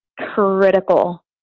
critical